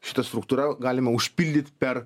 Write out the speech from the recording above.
šita struktūra galima užpildyt per